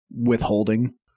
withholding